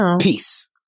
peace